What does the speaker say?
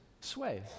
sway